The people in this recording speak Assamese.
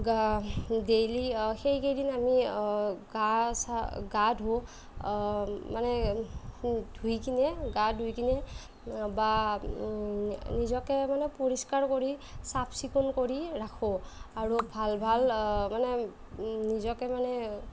গা ডেইলী সেইকেইদিন আমি গা চা গা ধুওঁ মানে ধুই কিনে গা ধুই কিনে বা নিজকে মানে পৰিষ্কাৰ কৰি চাফ চিকুণ কৰি ৰাখোঁ আৰু ভাল ভাল মানে নিজকে মানে